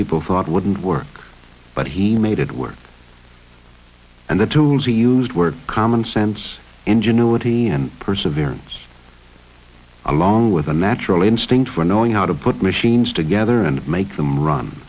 thought wouldn't work but he made it work and the tools he used were common sense ingenuity and perseverance along with a metro instinct for knowing how to put machines together and make them run